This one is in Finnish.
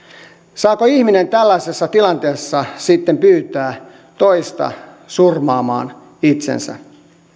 saako ihminen tällaisessa tilanteessa sitten pyytää toista surmaamaan itsensä